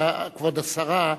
כבוד השרה,